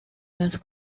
las